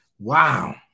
Wow